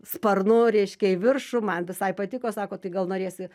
sparnu reiškia į viršų man visai patiko sako tai gal norėsi